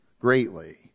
greatly